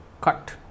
cut